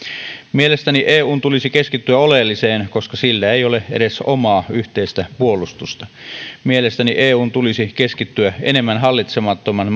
mielestäni eun tulisi keskittyä oleelliseen koska sillä ei ole edes omaa yhteistä puolustusta mielestäni eun tulisi keskittyä enemmän hallitsemattoman